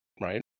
Right